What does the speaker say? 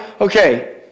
okay